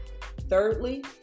Thirdly